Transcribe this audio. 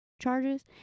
charges